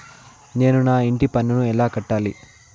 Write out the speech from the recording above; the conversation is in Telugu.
నేను నా ఇంటి పన్నును ఎలా కట్టాలి?